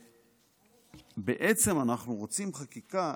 בעצם אנחנו רוצים חקיקה,